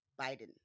Biden